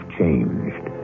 changed